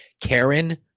Karen